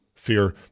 Fear